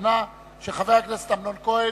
של חבר הכנסת אמנון כהן,